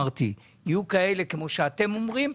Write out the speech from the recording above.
יהיו כמו שהמוסדות אומרים,